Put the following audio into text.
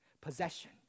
possession